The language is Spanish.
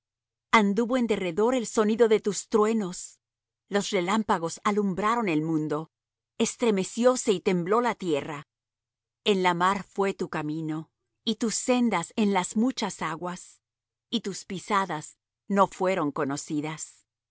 anduvo en derredor el sonido de tus truenos los relámpagos alumbraron el mundo estremecióse y tembló la tierra en la mar fué tu camino y tus sendas en las muchas aguas y tus pisadas no fueron conocidas